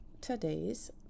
today's